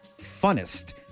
funnest